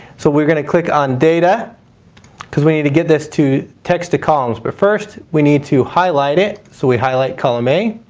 so we're going to click on data because we need to get this to text to columns. but first, we need to highlight it. so we highlight column a.